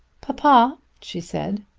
papa, she said,